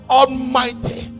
almighty